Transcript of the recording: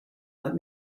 let